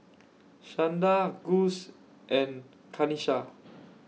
Shanda Gus and Kanisha